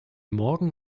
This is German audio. morgen